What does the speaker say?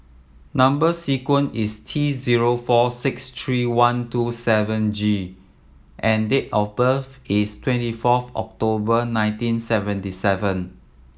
number sequence is T zero four six three one two seven G and date of birth is twenty fourth October nineteen seventy seven